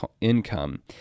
income